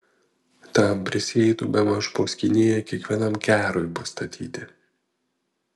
tam prisieitų bemaž po skynėją kiekvienam kerui pastatyti